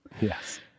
Yes